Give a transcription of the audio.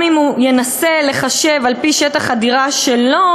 גם אם הוא ינסה לחשב על-פי שטח הדירה שלו